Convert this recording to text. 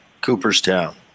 Cooperstown